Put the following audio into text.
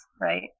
right